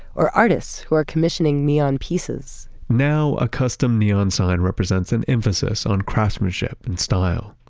or artists who are commissioning neon pieces now, a custom neon sign represents an emphasis on craftsmanship and style,